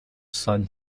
son